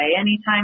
anytime